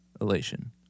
Elation